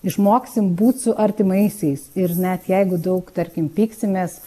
išmoksim būt su artimaisiais ir net jeigu daug tarkim pyksimės